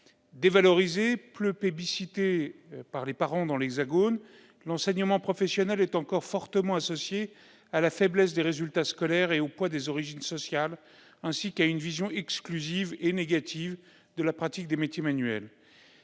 Dévalorisé, peu plébiscité par les parents dans l'Hexagone, l'enseignement professionnel est encore fortement associé à la faiblesse des résultats scolaires et au poids des origines sociales, ainsi qu'à une vision exclusive et négative de la pratique des métiers manuels.